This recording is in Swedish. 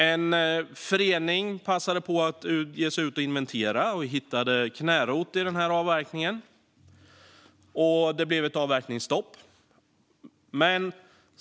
En förening passade på att ge sig ut och inventera och hittade knärot i avverkningsområdet, och det blev ett avverkningsstopp.